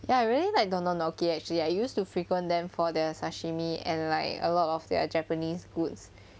ya I really like don don donki actually I used to frequent them for their sashimi and like a lot of their japanese goods